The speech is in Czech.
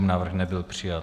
Návrh nebyl přijat.